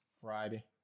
Friday